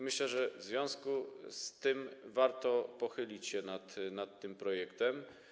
Myślę, że w związku z tym warto pochylić się nad tym projektem.